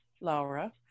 Laura